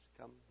Come